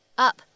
up